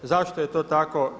Zašto je to tako?